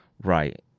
right